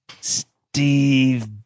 Steve